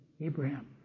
Abraham